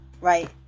right